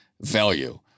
value